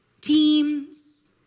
teams